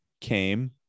came